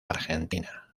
argentina